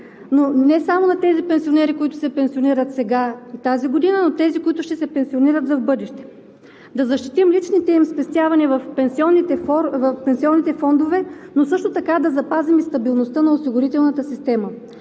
но не само на тези пенсионери, които се пенсионират сега, тази година, а на тези, които ще се пенсионират в бъдеще. Да защитим личните им спестявания в пенсионните фондове, но съща така да запазим и стабилността на осигурителната система.